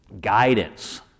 guidance